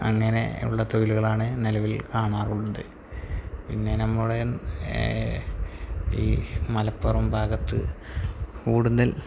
അങ്ങനെ ഉള്ള തൊഴിലുകൾ നിലവിൽ കാണാറുണ്ട് പിന്നെ നമ്മളെ ഈ മലപ്പുറം ഭാഗത്ത് കൂടുതൽ